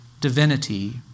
divinity